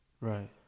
Right